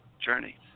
journey